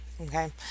Okay